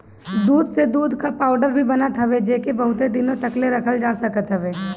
दूध से दूध कअ पाउडर भी बनत हवे जेके बहुते दिन तकले रखल जा सकत हवे